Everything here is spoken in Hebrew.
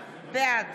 בעד